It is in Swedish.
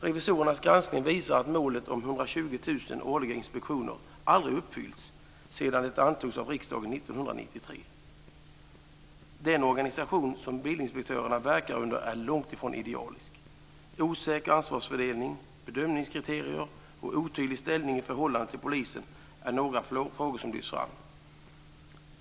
Revisorernas granskning visar att målet om 120 000 årliga inspektioner aldrig uppfyllts sedan det antogs av riksdagen 1993. Den organisation som bilinspektörerna verkar under är långt ifrån idealisk. Osäker ansvarsfördelning, bedömningskriterier och otydlig ställning i förhållande till polisen är några frågor som lyfts fram.